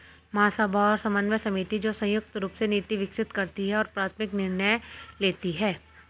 महासभा और समन्वय समिति, जो संयुक्त रूप से नीति विकसित करती है और प्राथमिक निर्णय लेती है